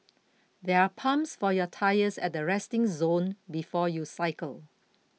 there are pumps for your tyres at the resting zone before you cycle